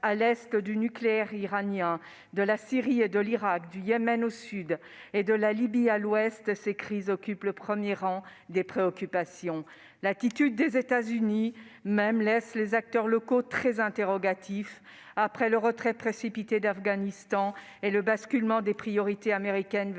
à l'est, du nucléaire iranien, de la Syrie et de l'Irak, du Yémen au sud et de la Libye à l'ouest, ces crises occupent le premier rang des préoccupations. L'attitude des États-Unis laisse les acteurs locaux très interrogatifs après le retrait précipité d'Afghanistan et le basculement des priorités américaines vers